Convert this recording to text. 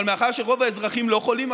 אבל מאחר שרוב האזרחים לא חולים,